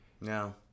No